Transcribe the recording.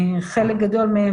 חלק מהם